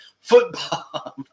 football